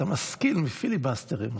אתה משכיל מפיליבסטרים.